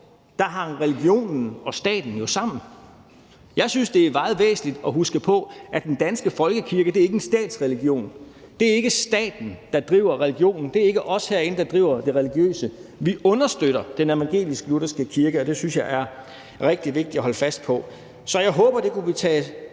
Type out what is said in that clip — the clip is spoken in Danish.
Da hang religionen og staten jo sammen. Jeg synes, det er meget væsentligt at huske på, at den danske folkekirke ikke er en statsreligion. Det er ikke staten, der driver religionen. Det er ikke os herinde, der driver det religiøse. Vi understøtter den evangelisk-lutherske kirke, og det synes jeg det er rigtig vigtigt at holde fast ved. Så jeg håber, at det kunne blive taget